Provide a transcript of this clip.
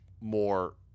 more